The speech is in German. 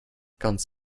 ganz